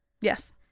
Yes